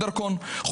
זה בדיחה.